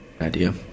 Idea